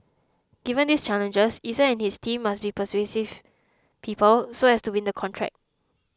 given these challenges Eason and his team must be persuasive people so as to win the contract